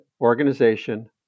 organization